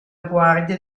guardia